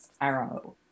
arrow